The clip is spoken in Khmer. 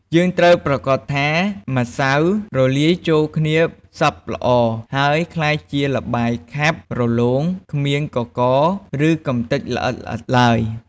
យើងត្រូវប្រាកដថាម្សៅរលាយចូលគ្នាសព្វល្អ ហើយក្លាយជាល្បាយខាប់រលោង គ្មានកករ ឬកម្ទេចល្អិតៗឡើយ។